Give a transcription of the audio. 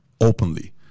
openly